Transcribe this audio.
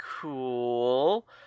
cool